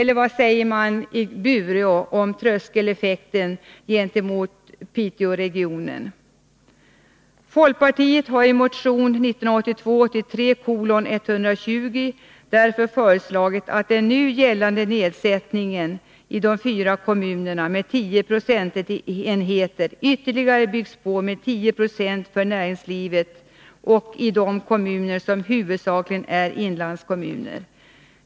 Eller vad säger man i Bureå om tröskeleffekten 161 när det gäller Piteåregionen? Folkpartiet har därför i motion 1982/83:120 föreslagit att den nu gällande nedsättningen i de fyra kommunerna med 10 procentenheter ytterligare byggs på med 10 96 för näringslivet i de kommuner som huvudsakligen är inlandskommuner.